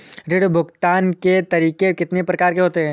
ऋण भुगतान के तरीके कितनी प्रकार के होते हैं?